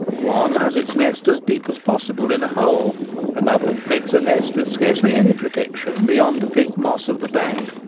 one has its nest as deep as possible in a hole another makes a nest with scarcely any protection beyond the thick moss of the bank,